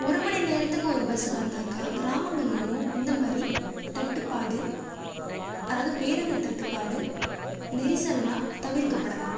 ஒரு மணி நேரத்துக்கு ஒரு பஸ் வந்தாக்கா கிராமங்களிலும் இந்த மாதிரி தட்டுப்பாடு அதாவது பேருந்து தட்டுப்பாடு நெரிசல்லாம் தவிர்க்கப்படலாம்